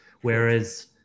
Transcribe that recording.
whereas